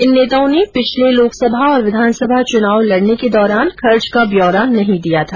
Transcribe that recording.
इन नेताओं ने पिछले लोकसभा और विधानसभा चूनाव लडने के दौरान खर्च का ब्यौरा नहीं दिया था